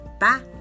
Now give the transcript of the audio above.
Bye